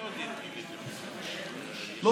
לא,